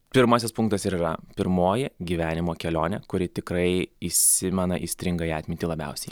pirmasis punktas yra pirmoji gyvenimo kelionė kuri tikrai įsimena įstringa į atmintį labiausiai